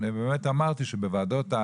ואני באמת אמרתי שבוועדות,